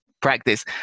practice